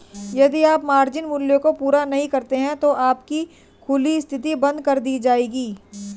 यदि आप मार्जिन मूल्य को पूरा नहीं करते हैं तो आपकी खुली स्थिति बंद कर दी जाएगी